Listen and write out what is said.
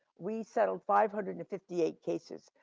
we settled five hundred and fifty eight cases,